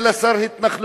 אלא שר התנחלויות.